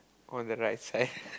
on the right side